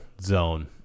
zone